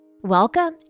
welcome